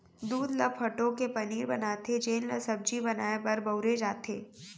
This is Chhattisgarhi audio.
दूद ल फटो के पनीर बनाथे जेन ल सब्जी बनाए बर बउरे जाथे